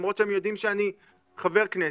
למרות שהם יודעים שאני חבר כנסת: